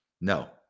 no